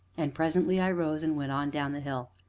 and presently i rose, and went on down the hill.